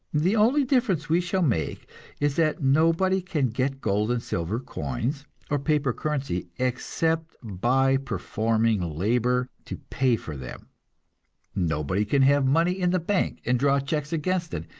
the only difference we shall make is that nobody can get gold and silver coins or paper currency, except by performing labor to pay for them nobody can have money in the bank and draw checks against it,